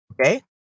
Okay